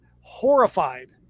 horrified